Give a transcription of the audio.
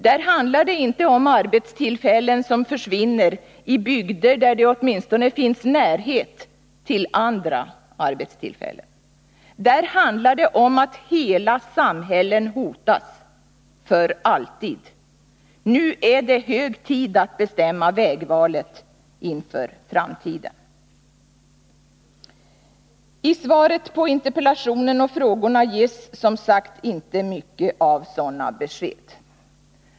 Här handlar det inte om arbetstillfällen som försvinner i bygder där det åtminstone finns närhet till andra arbeten. Här handlar det om att hela samhällen hotas — för alltid. Nu är det hög tid att bestämma vägvalet inför framtiden. I svaret på interpellationen och frågorna ges som sagt inte mycket av sådana besked.